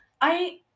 I-